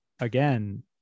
again